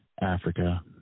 Africa